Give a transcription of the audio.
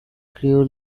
creole